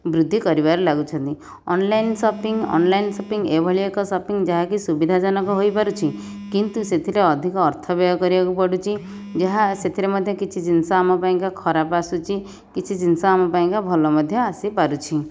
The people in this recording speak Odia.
ବୃଦ୍ଧି କରିବାର ଲାଗୁଛନ୍ତି ଅନଲାଇନ ସପିଙ୍ଗ ଅନଲାଇନ ସପିଙ୍ଗ ଏଭଳି ଏକ ସପିଙ୍ଗ ଯାହାକି ସୁବିଧାଜନକ ହୋଇପାରୁଛି କିନ୍ତୁ ସେଥିରେ ଅଧିକ ଅର୍ଥବ୍ୟୟ କରିବାକୁ ପଡ଼ୁଛି ଯାହା ସେଥିରେ ମଧ୍ୟ କିଛି ଜିନିଷ ଆମ ପାଇଁକା ଖରାପ ଆସୁଛି କିଛି ଜିନିଷ ଆମ ପାଇଁକା ଭଲ ମଧ୍ୟ ଆସିପାରୁଛି